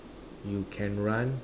you can run